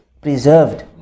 preserved